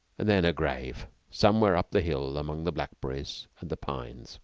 and then a grave somewhere up the hill among the blackberries and the pines